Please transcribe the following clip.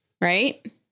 right